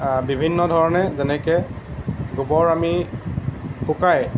বিভিন্ন ধৰণে যেনেকে গোবৰ আমি শুকাই